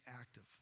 active